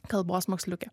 kalbos moksliukė